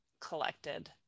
collected